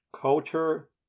Culture